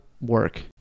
work